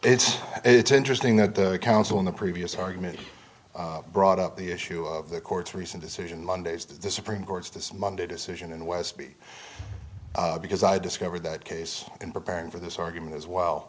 it's it's interesting that the counsel in the previous argument brought up the issue of the court's recent decision monday's the supreme court's this monday decision in westby because i discovered that case in preparing for this argument as well